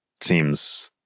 seems